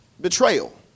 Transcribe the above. betrayal